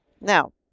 Now